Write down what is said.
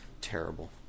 terrible